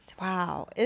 Wow